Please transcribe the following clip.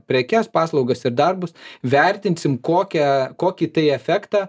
prekes paslaugas ir darbus vertinsim kokią kokį tai efektą